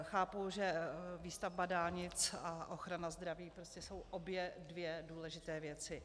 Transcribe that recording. Chápu, že výstavba dálnic a ochrana zdraví prostě jsou obě dvě důležité věci.